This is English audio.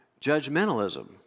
judgmentalism